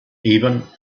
even